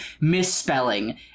misspelling